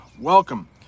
welcome